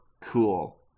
cool